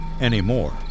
anymore